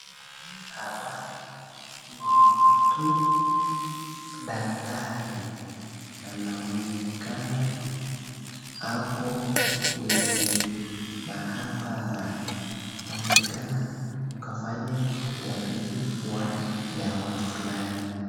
Hapa ni mtu, dakitari anaonekana ako kwenye maabara, anaonekana kafanya utafiti wa dawa fulani.